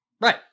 Right